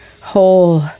Whole